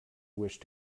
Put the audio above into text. wish